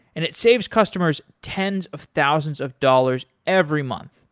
and it saves customers tens of thousands of dollars every month.